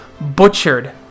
butchered